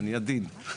אני עדין.